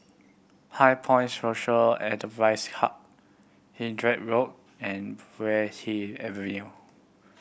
HighPoint Social Enterprise Hub Hindhede Road and Puay Hee Avenue